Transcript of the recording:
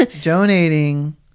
donating